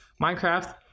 Minecraft